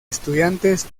estudiantes